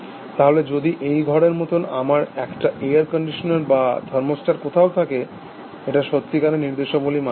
তাহলে যদি এই ঘরের মতন আমার একটা এয়ার কন্ডিশনার বা থার্মোস্ট্যাট কোথাও থাকে এটা সত্যিকার নির্দেশাবলী মানছে না